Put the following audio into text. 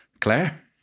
Claire